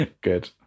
good